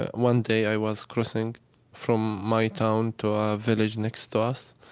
one day, i was crossing from my town to a village next to us,